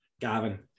Gavin